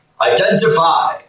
Identify